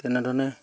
তেনেধৰণে